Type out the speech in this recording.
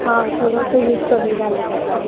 हां थोडंसं यूज कमी झाला आहे त्याचा